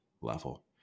level